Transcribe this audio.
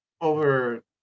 over